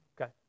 okay